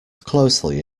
closely